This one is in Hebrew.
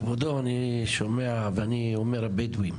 כבודו, אני שומע ואומר: "בדואים".